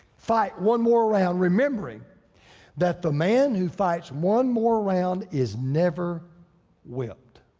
fight one more around remembering that the man who fights one more round is never whipped.